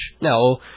No